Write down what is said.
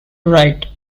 wright